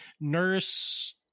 nurse